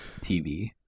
TV